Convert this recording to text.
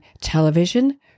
television